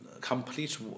complete